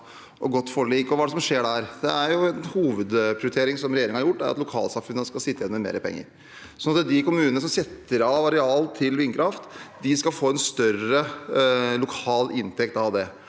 og godt forlik. Hva er det som skjer der? En hovedprioritering regjeringen har gjort, er at lokalsamfunnene skal sitte igjen med mer penger, sånn at de kommunene som setter av areal til vindkraft, skal få en større lokal inntekt av det.